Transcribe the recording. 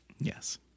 yes